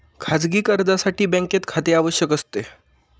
खाजगी कर्जासाठी बँकेत खाते आवश्यक असते